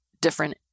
different